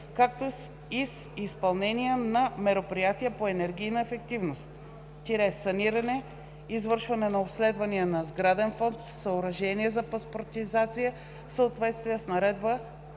както и с изпълнения на мероприятия по енергийна ефективност – саниране, извършване на обследвания на сграден фонд, съоръжения и паспортизация в съответствие с наредбата